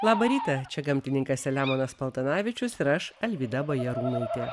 labą rytą čia gamtininkas selemonas paltanavičius ir aš alvyda bajarūnaitė